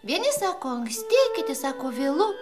vieni sako anksti kiti sako vėlu